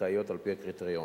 שזכאיות על-פי הקריטריונים.